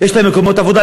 יש להם מקומות עבודה?